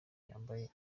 uyambaye